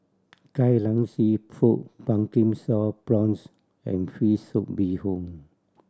Kai Lan Seafood Pumpkin Sauce Prawns and fish soup bee hoon